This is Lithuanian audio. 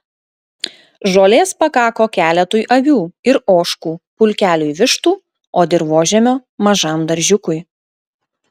žolės pakako keletui avių ir ožkų pulkeliui vištų o dirvožemio mažam daržiukui